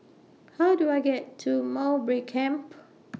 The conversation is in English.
How Do I get to Mowbray Camp